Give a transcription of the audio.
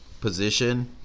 position